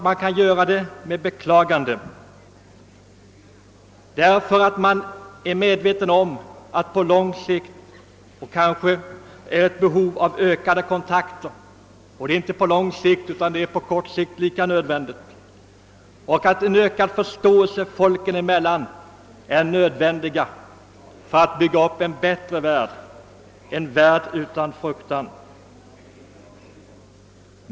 Man kan göra det med beklagande, därför att man är medveten om att ökade kontakter är nödvändiga både på lång sikt och på kort sikt och att en ökad förståelse folken emellan påkallas för att bygga upp en bättre värld, en värld utan fruktan.